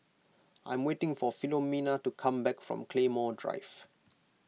I'm waiting for Filomena to come back from Claymore Drive